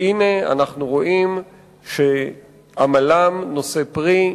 והנה, אנחנו רואים שעמלם נושא פרי.